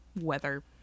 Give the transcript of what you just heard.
weather